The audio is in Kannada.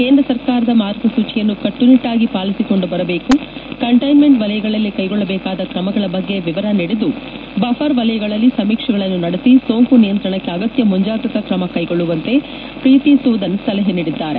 ಕೇಂದ್ರ ಸರ್ಕಾರದ ಮಾರ್ಗಸೂಚಿಯನ್ನು ಕಟ್ಲುನಿಟ್ಲಾಗಿ ಪಾಲಿಸಿಕೊಂಡು ಬರಬೇಕು ಕಂಟ್ಲೆನ್ಮೆಂಟ್ ವಲಯಗಳಲ್ಲಿ ಕ್ಲೆಗೊಳ್ಳಬೇಕಾದ ತ್ರಮಗಳ ಬಗ್ಗೆ ವಿವರ ನೀಡಿದ್ದು ಬಫರ್ ವಲಯಗಳಲ್ಲಿ ಸಮೀಕ್ಷೆಗಳನ್ನು ನಡೆಸಿ ಸೋಂಕು ನಿಯಂತ್ರಣಕ್ಕೆ ಅಗತ್ಯ ಮುಂಜಾಗ್ರತಾ ಕ್ರಮ ಕೈಗೊಳ್ಳುವಂತೆ ಪ್ರೀತಿ ಸೂದನ್ ಸಲಹೆ ಮಾಡಿದರು